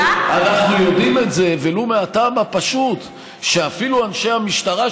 יודעים את זה ולו מהטעם הפשוט שאפילו אנשי המשטרה,